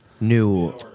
New